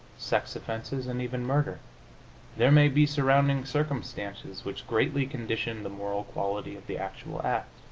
sex offenses, and even murder there may be surrounding circumstances which greatly condition the moral quality of the actual act.